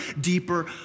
deeper